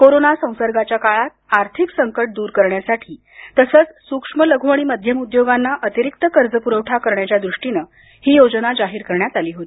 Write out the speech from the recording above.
corona संसर्गाच्या काळात आर्थिक संकट दूर करण्यासाठी तसंच सूक्ष्म लघु आणि मध्यम उद्योगांना अतिरिक्त कर्ज पुरवठा करण्याच्या दृष्टीनं ही योजना जाहीर करण्यात आली होती